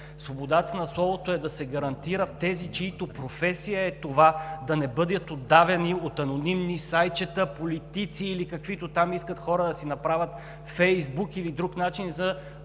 Свободата на словото е да се гарантира на тези, чиято професия е това, да не бъдат удавени от анонимни сайтчета, политици или каквито хора искат да си направят Фейсбук, или друг начин за